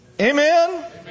Amen